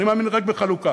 אני מאמין רק בחלוקה.